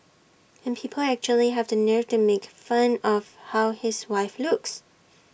and people actually have the nerve to make fun of how his wife looks